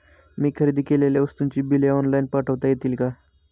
मी खरेदी केलेल्या वस्तूंची बिले ऑनलाइन पाठवता येतील का?